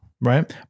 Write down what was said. right